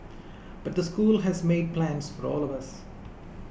but the school has made plans for all of us